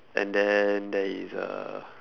and then there is a